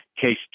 Case